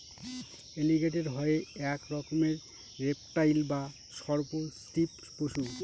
এলিগেটের হয় এক রকমের রেপ্টাইল বা সর্প শ্রীপ পশু